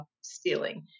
stealing